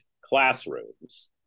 classrooms